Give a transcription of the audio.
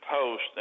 Post